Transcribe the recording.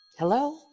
Hello